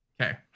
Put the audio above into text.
Okay